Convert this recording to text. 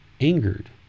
angered